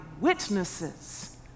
witnesses